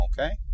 Okay